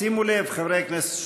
שימו לב, חברי הכנסת,